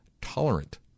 tolerant